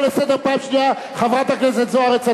חברת הכנסת זוארץ.